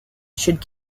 should